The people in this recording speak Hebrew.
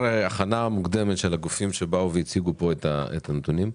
הכנה מוקדמת של הגופים שבאו והציגו את הנתונים.